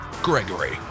Gregory